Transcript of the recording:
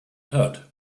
heard